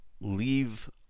leave